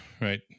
right